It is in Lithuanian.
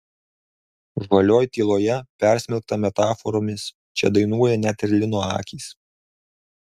žalioj tyloje persmelkta metaforomis čia dainuoja net ir lino akys